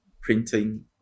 printing